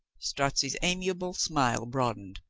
strozzi's amiable smile broad ened,